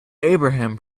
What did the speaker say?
abraham